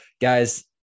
Guys